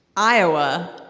iowa.